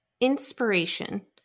inspiration